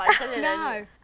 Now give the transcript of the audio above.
no